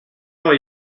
are